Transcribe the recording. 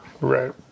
right